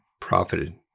profited